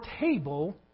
table